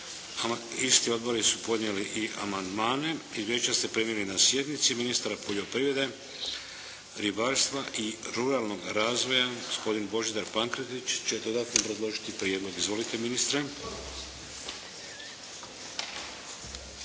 Isti odbori su podnijeli i amandmane. Izvješća ste primili na sjednici. Ministar poljoprivrede, ribarstva i ruralnog razvoja gospodin Božidar Pankretić će dodatno obrazložiti prijedlog. Izvolite ministre.